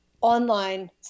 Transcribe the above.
online